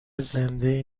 زنده